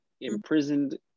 imprisoned